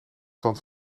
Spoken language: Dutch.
stand